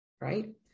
right